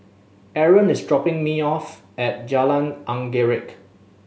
Aron is dropping me off at Jalan Anggerek